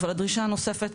אבל הדרישה הנוספת,